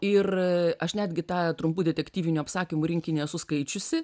ir aš netgi tą trumpų detektyvinių apsakymų rinkinį esu skaičiusi